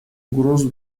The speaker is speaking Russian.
угрозу